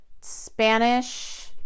spanish